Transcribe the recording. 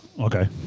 Okay